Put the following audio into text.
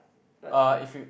but shit